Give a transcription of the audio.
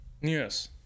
Yes